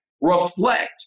reflect